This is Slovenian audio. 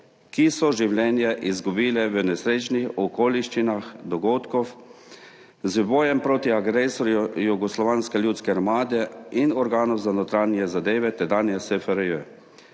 ki so življenje izgubile v nesrečnih okoliščinah dogodkov, z bojem proti agresorju Jugoslovanske ljudske armade in organov za notranje zadeve tedanje SFRJ.